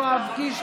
יואב קיש,